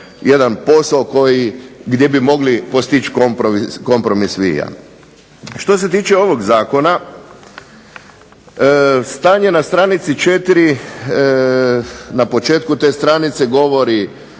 na početku te stranice govori